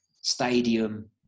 stadium